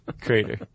Crater